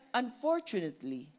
unfortunately